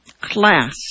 class